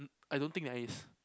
I don't think there is